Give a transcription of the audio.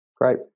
Great